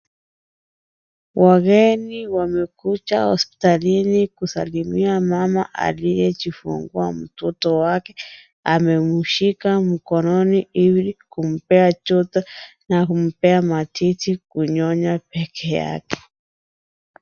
Wageni wamekuja hospitalini kusalimia mama aliyejifungua mtoto wake amemshika mkononi ili kumpea na kumpea matiti kunyonya peke yake.